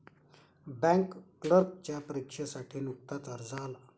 bank क्लर्कच्या परीक्षेसाठी नुकताच अर्ज आला